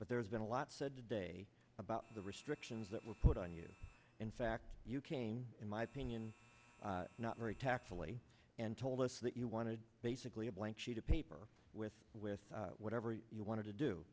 but there's been a lot said today about the restrictions that were put on you in fact you came in my opinion not very tactfully and told us that you wanted basically a blank sheet of paper with with whatever you wanted to do